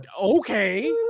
Okay